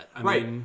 Right